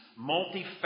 multifaceted